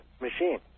machine